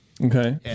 Okay